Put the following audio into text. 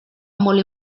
molt